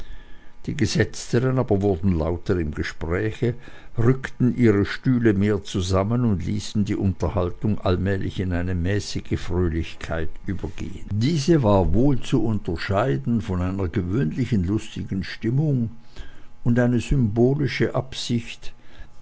die gesetzteren aber wurden lauter im gespräche rückten ihre stühle mehr zusammen und ließen die unterhaltung allmählich in eine mäßige fröhlichkeit übergehen diese war wohl zu unterscheiden von einer gewöhnlichen lustigen stimmung und eine symbolische absicht